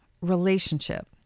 relationship